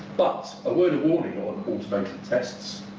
but, a word of warning on automated tests,